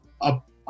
up